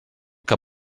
que